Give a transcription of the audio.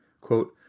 Quote